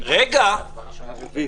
שנייה רגע.